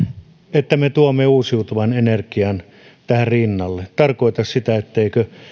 että me tuomme uusiutuvan energian tähän rinnalle tarkoita sitä ettemmekö